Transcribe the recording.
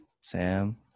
Sam